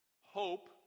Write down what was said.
hope